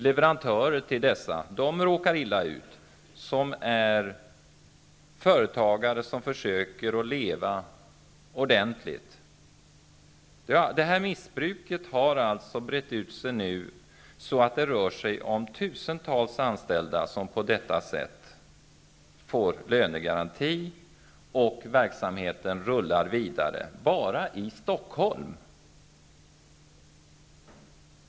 Leverantörerna, som är företagare som försöker leva ordentligt, råkar illa ut. Detta missbruk har alltså brett ut sig nu, och det rör sig om tusentals anställda som på detta sätt får lönegaranti, bara i Stockholm, och verksamheten rullar vidare.